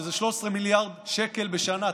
שזה 13 מיליארד שקל בשנה.